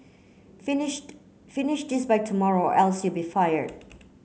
finished finish this by tomorrow else you'll be fired